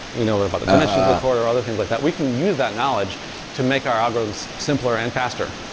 we know ah about the dimensions of the court, or other things like that, we can use that knowledge to make our algorithms simpler and faster,